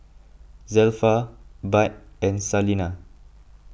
Zelpha Bud and Salena